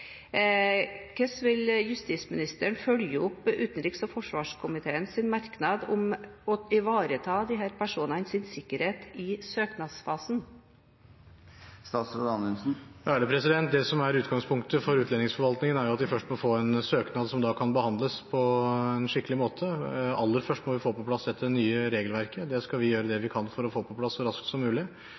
Hvordan vil justisministeren følge opp utenriks- og forsvarskomiteens merknad om å ivareta disse personenes sikkerhet i søknadsfasen? Det som er utgangspunktet for utlendingsforvaltningen, er at vi først må få en søknad som da kan behandles på en skikkelig måte. Aller først må vi få på plass dette nye regelverket – det skal vi gjøre det vi kan for å få på plass så raskt som mulig.